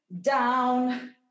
down